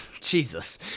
Jesus